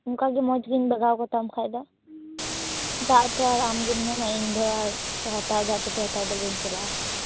ᱚᱱᱠᱟᱜᱮ ᱢᱚᱡᱽ ᱜᱤᱧ ᱵᱟᱜᱟᱣ ᱠᱟᱛᱟᱢ ᱠᱷᱟᱱ ᱫᱚ ᱫᱟᱜ ᱛᱚ ᱟᱨ ᱟᱢᱜᱮᱢ ᱧᱟᱢᱟ ᱤᱧᱫᱚ ᱫᱚ ᱟᱨ ᱦᱟᱛᱟᱣ ᱫᱟ ᱟᱫᱚ ᱦᱟᱛᱟᱣ ᱫᱚ ᱵᱟ ᱧ ᱪᱟᱞᱟᱜ ᱼᱟ